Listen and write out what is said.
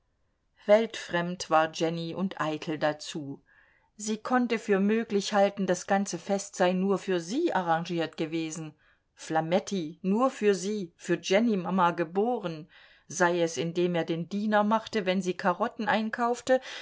weltfremd war jenny und eitel dazu sie konnte für möglich halten das ganze fest sei nur für sie arrangiert gewesen flametti nur für sie für jennymama geboren sei es indem er den diener machte wenn sie karotten einkaufte